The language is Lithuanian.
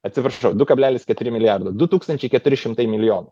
atsiprašau du kablelis keturi milijardo du tūkstančiai keturi šimtai milijonų